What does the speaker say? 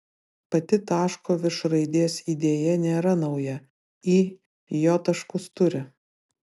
pati taško virš raidės idėja nėra nauja i j taškus turi